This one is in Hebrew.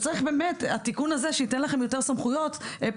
צריך את התיקון הזה כדי שייתן לכם יותר סמכויות פנים-משרדיות,